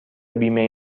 بیمه